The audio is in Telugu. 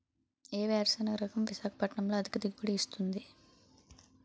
ఏ వేరుసెనగ రకం విశాఖపట్నం లో అధిక దిగుబడి ఇస్తుంది?